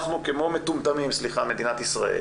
אנחנו כמו מטומטמים, סליחה, מדינת ישראל,